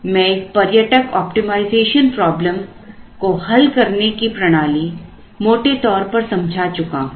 मैं एक पर्यटक ऑप्टिमाइजेशन प्रॉब्लम को हल करने की प्रणाली मोटे तौर पर समझा चुका हूं